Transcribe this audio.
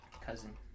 Cousin